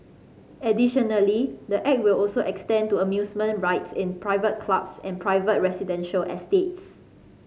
additionally the act will also extend to amusement rides in private clubs and private residential estates